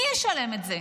מי ישלם את זה?